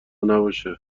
نباشه